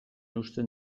uzten